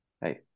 Hey